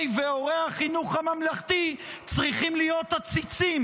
והורי החינוך הממלכתי צריכים להיות עציצים,